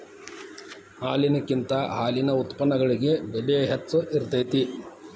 ಹಾಲಿನಕಿಂತ ಹಾಲಿನ ಉತ್ಪನ್ನಗಳಿಗೆ ಬೆಲೆ ಹೆಚ್ಚ ಇರತೆತಿ